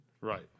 Right